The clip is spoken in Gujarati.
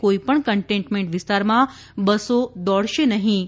કોઈપણ કન્ટેઈનમેન્ટ વિસ્તારમાં બસો દોડશે નફી